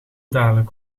dadelijk